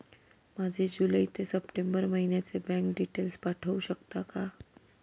माझे जुलै ते सप्टेंबर महिन्याचे बँक डिटेल्स पाठवू शकता का?